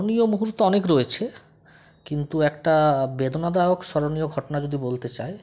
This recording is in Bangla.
স্মরণীয় মুহূর্ত অনেক রয়েছে কিন্তু একটা বেদনাদায়ক স্মরণীয় ঘটনা যদি বলতে চাই